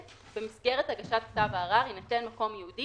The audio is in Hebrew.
(ד)במסגרת הגשת כתב הערר יינתן מקום ייעודי